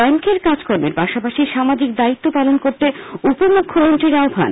ব্যাঙ্কের কাজকর্মের পাশাপাশি সামাজিক দায়িত্ব পালন করতে উপমুখ্যমন্ত্রীর আহ্বান